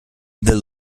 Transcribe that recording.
the